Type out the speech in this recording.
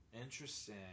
Interesting